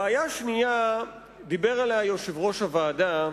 בעיה שנייה, דיבר עליה יושב-ראש הוועדה,